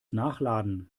nachladen